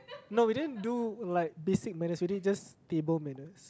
no we didn't do like basic manners we did just table manners